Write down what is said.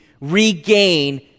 regain